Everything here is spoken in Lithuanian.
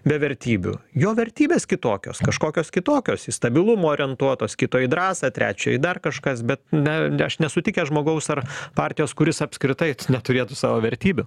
be vertybių jo vertybės kitokios kažkokios kitokios į stabilumą orientuotos kito į drąsą trečio į dar kažkas bet na aš nesutikęs žmogaus ar partijos kuris apskritai neturėtų savo vertybių